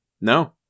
No